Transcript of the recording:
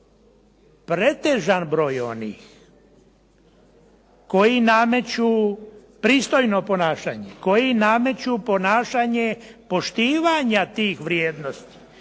pretežan broj onih koji nameću pristojno ponašanje, koji nameću ponašanje poštivanja tih vrijednosti